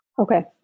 okay